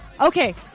Okay